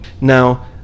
Now